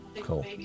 Cool